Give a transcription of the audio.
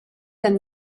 than